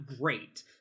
great